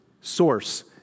source